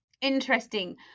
Interesting